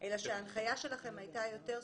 אלא שההנחיה שלכם הייתה יותר ספציפית.